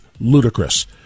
ludicrous